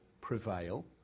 prevail